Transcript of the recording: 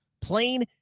Plain